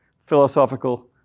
philosophical